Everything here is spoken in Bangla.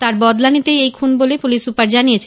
তার বদলা নিতেই এই খুন বলে পুলিশ সুপার জানিয়েছেন